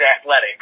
athletic